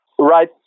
right